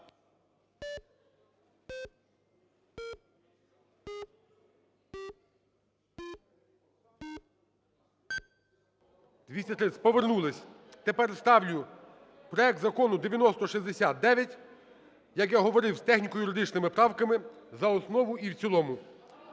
За-230 230. Повернулись. Тепер ставлю проект Закону 9069, як я говорив, з техніко-юридичними правками за основу і в цілому.